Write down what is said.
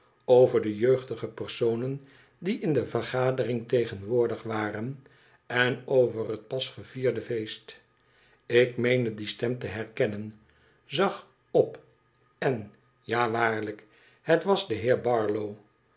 over de jeugdige personen die in de vergadering tegenwoordig waren en over het pas gevierde feest ik meende die stem te herkennen zag op en ja waarlijk het was de heer barlowl